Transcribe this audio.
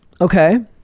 okay